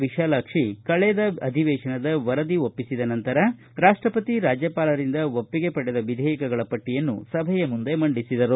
ವಿಶಾಲಾಕ್ಷಿ ಕಳೆದ ಅಧಿವೇಶನದ ವರದಿ ಒಪ್ಪಿಸಿದ ನಂತರ ರಾಷ್ಟಪತಿ ರಾಜ್ಯಪಾಲರಿಂದ ಒಪ್ಪಿಗೆ ಪಡೆದ ವಿಧೇಯಕಗಳ ಪಟ್ಟಿಯನ್ನು ಸಭೆಯ ಮುಂದೆ ಮಂಡಿಸಿದರು